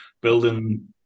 building